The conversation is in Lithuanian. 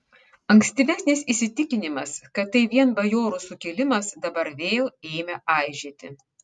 ankstyvesnis įsitikinimas kad tai vien bajorų sukilimas dabar vėl ėmė aižėti